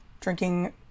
drinking